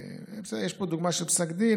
יש פה דוגמה של פסק דין,